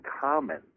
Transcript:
common